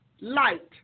light